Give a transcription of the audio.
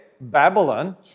Babylon